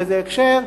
באיזה הקשר.